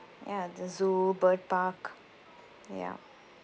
ya the zoo bird park ya